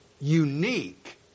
unique